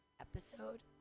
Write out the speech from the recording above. episode